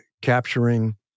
capturing